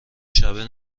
شبه